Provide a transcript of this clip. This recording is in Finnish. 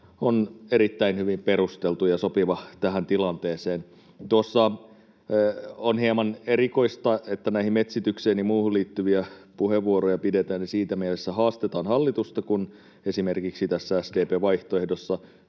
on erittäin hyvin perusteltu ja sopiva tähän tilanteeseen. On hieman erikoista, että metsitykseen ja muuhun liittyviä puheenvuoroja pidetään, siinä mielessä haastetaan hallitusta, kun esimerkiksi tässä SDP:n vaihtoehdossa